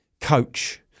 Coach